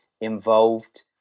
involved